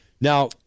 Now